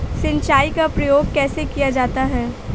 सिंचाई का प्रयोग कैसे किया जाता है?